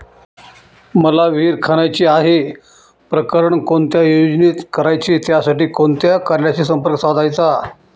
मला विहिर खणायची आहे, प्रकरण कोणत्या योजनेत करायचे त्यासाठी कोणत्या कार्यालयाशी संपर्क साधायचा?